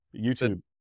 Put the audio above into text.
YouTube